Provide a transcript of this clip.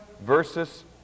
versus